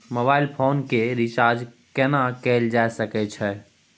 Mobile phone के recharge केना कैल जा सकै छै?